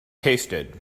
tasted